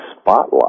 spotlight